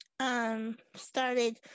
started